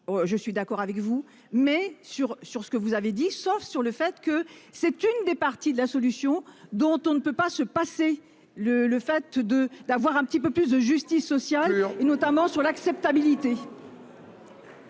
Je suis d'accord avec vous mais sur sur ce que vous avez dit, sauf sur le fait que c'est une des parties de la solution dont on ne peut pas se passer le, le fait de, d'avoir un petit peu plus de justice sociale et notamment sur l'acceptabilité.